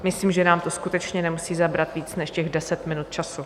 Myslím, že nám to skutečně nemusí zabrat víc než těch deset minut času.